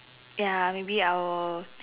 ya maybe I will